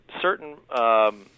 certain